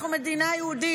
אנחנו מדינה יהודית.